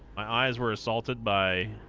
my eyes were assaulted by